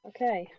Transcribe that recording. Okay